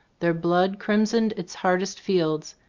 their blood crimsoned its hard est fields,